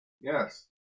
Yes